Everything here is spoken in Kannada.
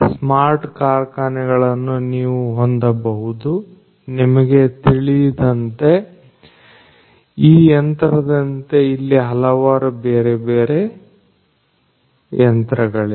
ಸ್ಮಾರ್ಟ್ ಕಾರ್ಖಾನೆಗಳನ್ನು ನೀವು ಹೊಂದಬಹುದು ನಿಮಗೆ ತಿಳಿಯುವಂತೆ ಈ ಯಂತ್ರದಂತೆ ಇಲ್ಲಿ ಹಲವಾರು ಬೇರೆ ಬೇರೆ ತರಹದ ಯಂತ್ರಗಳಿವೆ